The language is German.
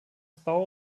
bau